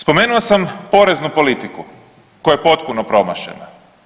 Spomenuo sam poreznu politiku koja je potpuno promašena.